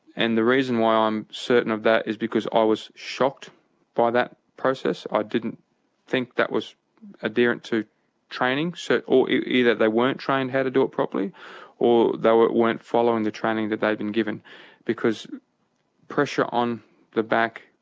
and the reason why i'm certain of that is because i was shocked by that process. i didn't think that was adherent to training set or either they weren't trained how to do it properly or they weren't weren't following the training that they've been given because pressure on the back,